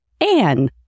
Anne